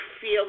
feel